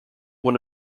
one